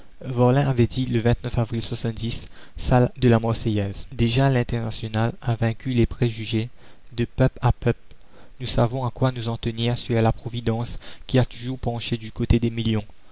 avait dit le avril salle de la marseillaise la commune déjà l'internationale a vaincu les préjugés de peuple à peuple nous savons à quoi nous en tenir sur la providence qui a toujours penché du côté des millions